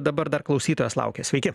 dabar dar klausytojas laukia sveiki